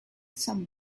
some